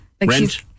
Rent